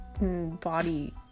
body